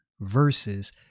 verses